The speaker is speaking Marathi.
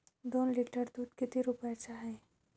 दोन लिटर दुध किती रुप्याचं हाये?